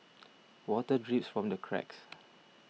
water drips from the cracks